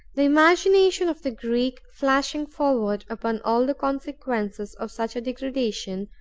the imagination of the greek, flashing forward upon all the consequences of such a degradation,